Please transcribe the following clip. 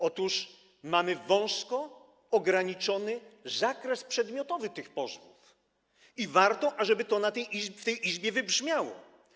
Otóż mamy wąsko ograniczony zakres przedmiotowy tych pozwów i warto, ażeby to w tej Izbie wybrzmiało.